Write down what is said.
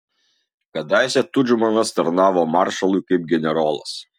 kadaise tudžmanas tarnavo maršalui kaip generolas